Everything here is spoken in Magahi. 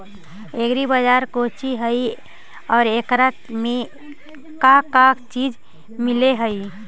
एग्री बाजार कोची हई और एकरा में का का चीज मिलै हई?